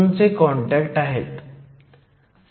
21 electron volt आहे आणि EF Ev हे 0